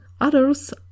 Others